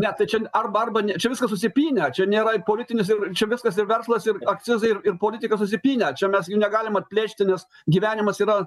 ne tai čia arba arba ne čia viskas susipynę čia nėra politinis ir čia viskas ir verslas ir akcizai ir ir politika susipynę čia mes gi negalime atplėšti nes gyvenimas yra